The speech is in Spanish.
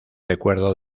recuerdo